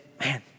man